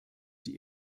die